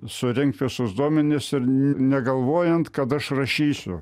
surinkt visus duomenis ir negalvojant kad aš rašysiu